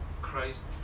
Christ